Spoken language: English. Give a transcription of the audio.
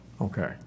Okay